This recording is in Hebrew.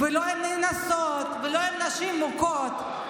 לא על נאנסות ולא על נשים מוכות,